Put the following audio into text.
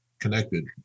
connected